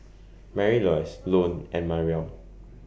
Marylouise Lone and Marion